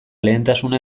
lehentasuna